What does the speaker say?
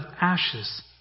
ashes